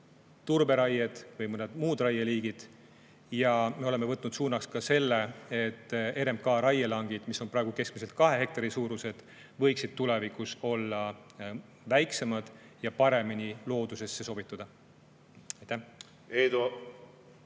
turberaied või mõned muud raieliigid. Me oleme võtnud suunaks ka selle, et RMK raielangid, mis on praegu keskmiselt kahe hektari suurused, võiksid tulevikus olla väiksemad ja paremini loodusesse sobituda. Eduard